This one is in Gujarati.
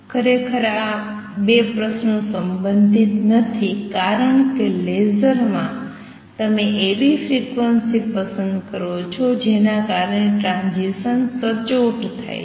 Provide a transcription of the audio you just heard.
ખરેખર આ ૨ પ્રશ્નો સંબંધિત નથી કારણ કે લેસરમાં તમે એવી ફ્રિક્વન્સી પસંદ કરો છો જેના કારણે ટ્રાંઝીસન સચોટ થાય છે